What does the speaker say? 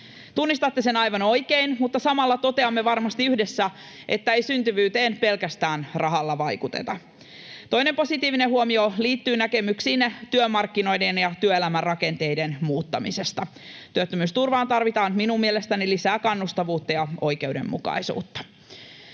Tunnistatte sen aivan oikein, mutta samalla toteamme varmasti yhdessä, että ei syntyvyyteen pelkästään rahalla vaikuteta. Toinen positiivinen huomio liittyy näkemyksiinne työmarkkinoiden ja työelämän rakenteiden muuttamisesta. Työttömyysturvaan tarvitaan minun mielestäni lisää kannustavuutta ja oikeudenmukaisuutta.